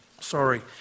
Sorry